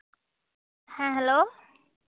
ᱦᱮᱸ ᱦᱮᱞᱳ